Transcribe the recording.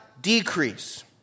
decrease